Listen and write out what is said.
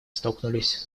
столкнулись